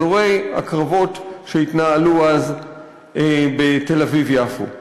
אזורי הקרבות שהתנהלו אז בתל-אביב יפו.